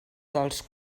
dels